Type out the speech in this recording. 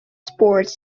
sports